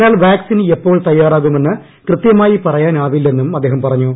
എന്നാൽ വാക്സിൻ എപ്പോൾ തയ്യാറാകുമെന്ന് കൃത്യമായി പറയാനാവില്ലെന്നും അദ്ദേഹം പറഞ്ഞു